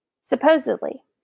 supposedly